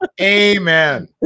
amen